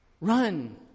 Run